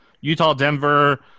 Utah-Denver